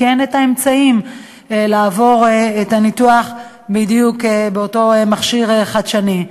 כי אין אמצעים לעבור את הניתוח באותו מכשיר חדשני.